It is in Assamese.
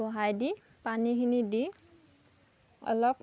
বহাই দি পানীখিনি দি অলপ